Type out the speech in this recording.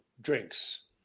drinks